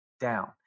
down